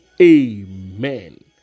Amen